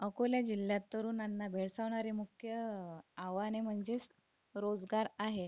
अकोला जिल्ह्यात तरुणांना भेडसावणारे मुख्य आव्हाने म्हणजेच रोजगार आहे